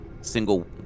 Single